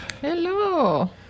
Hello